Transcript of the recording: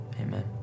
Amen